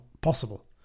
possible